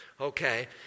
Okay